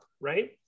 right